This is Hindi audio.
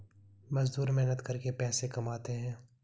मजदूर मेहनत करके पैसा कमाते है